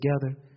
together